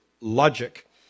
logic